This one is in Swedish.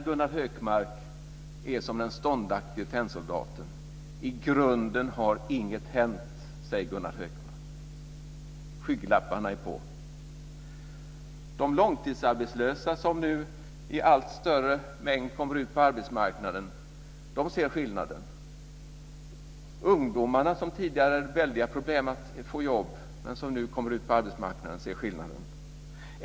Gunnar Hökmark är som den ståndaktige tennsoldaten. I grunden har ingenting hänt, säger han. Skygglapparna är på. De långtidsarbetslösa som nu i allt större mängd kommer ut på arbetsmarknaden ser skillnaden. Ungdomar som tidigare hade väldiga problem att få jobb men som nu kommer ut på arbetsmarknaden ser skillnaden.